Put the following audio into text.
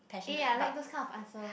eh I like those kind of answer